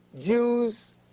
Jews